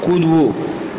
કૂદવું